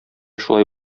шулай